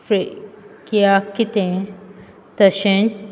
प्रक्रिया कितें तशेंच